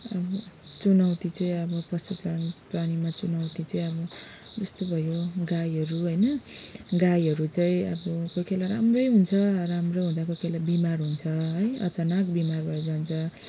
चुनौती चाहिँ अब पशु प्राणीमा चाहिँ चुनौती चाहिँ अब जस्तो भयो गाईहरू होइन गाईहरू चाहिँ अब कोही कोहीबेला राम्रै हुन्छ राम्रो हुँदा कोई कोईबेला बिमार हुन्छ है अचानक बिमार भएर जान्छ